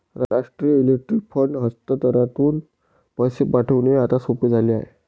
राष्ट्रीय electronic fund हस्तांतरणातून पैसे पाठविणे आता सोपे झाले आहे